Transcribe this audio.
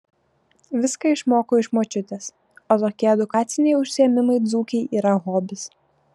viską išmoko iš močiutės o tokie edukaciniai užsiėmimai dzūkei yra hobis